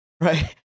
right